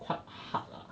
quite hard lah